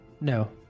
No